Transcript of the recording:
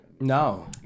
No